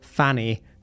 Fanny